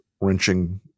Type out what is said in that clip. wrenching